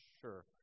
sure